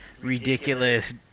ridiculous